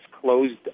closed